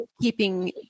keeping